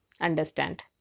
understand